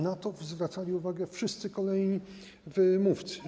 Na to zwracali uwagę wszyscy kolejni mówcy.